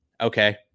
Okay